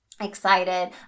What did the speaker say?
excited